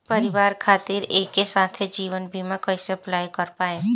परिवार खातिर एके साथे जीवन बीमा कैसे अप्लाई कर पाएम?